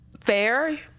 fair